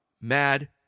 mad